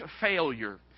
failure